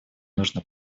нужно